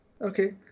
Okay